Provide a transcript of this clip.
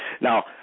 Now